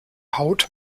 haut